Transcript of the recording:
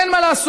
אין מה לעשות: